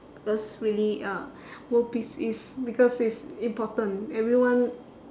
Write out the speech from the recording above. because really uh world peace is because it's important everyone